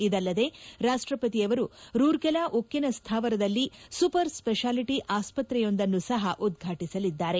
ಇದಲ್ಲದೇ ರಾಷ್ಷಪತಿಯವರು ರೂರ್ಕೆಲಾ ಉಕ್ಕಿನ ಸ್ಟಾವರದಲ್ಲಿ ಸೂಪರ್ ಸ್ವೆಷಾಲಿಟ ಆಸ್ಪತ್ರೆಯೊಂದನ್ನು ಸಹ ಉದ್ಘಾಟಿಸಲಿದ್ದಾರೆ